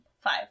Five